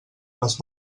les